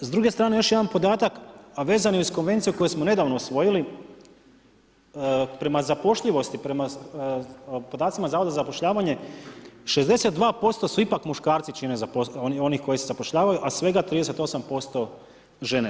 S druge strane još jedan podatak a vezano je i uz konvenciju koju smo nedavno usvojili, prema zapošljivosti, prema podacima zavoda za zapošljavanje 62% su ipak muškarci čine, onih koji se zapošljavaju a svega 38% žene.